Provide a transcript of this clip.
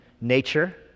nature